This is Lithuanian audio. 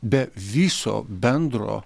be viso bendro